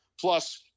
Plus